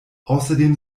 außerdem